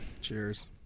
Cheers